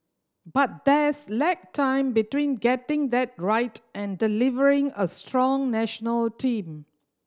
but there's lag time between getting that right and delivering a strong national team